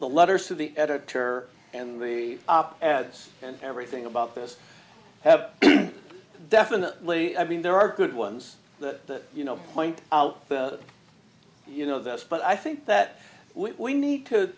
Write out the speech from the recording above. the letters to the editor and the ads and everything about this definitely i mean there are good ones that you know point out you know this but i think that we need to